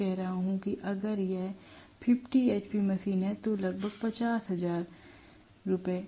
मैं कह रहा हूँ कि अगर यह 50 hp मशीन है तो लगभग रु 50000